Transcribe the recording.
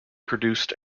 produced